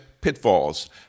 pitfalls